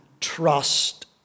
trust